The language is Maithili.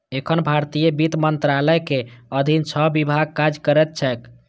एखन भारतीय वित्त मंत्रालयक अधीन छह विभाग काज करैत छैक